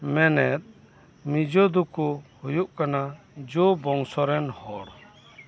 ᱢᱮᱱᱮᱫ ᱢᱤᱡᱳ ᱫᱚᱠᱚ ᱦᱩᱭᱩᱜ ᱠᱟᱱᱟ ᱡᱳ ᱵᱚᱝᱥᱚ ᱨᱮᱱ ᱦᱚᱲ